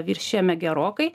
viršijame gerokai